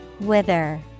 Wither